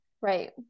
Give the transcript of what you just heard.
Right